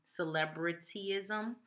celebrityism